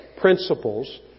principles